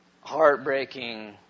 heartbreaking